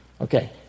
Okay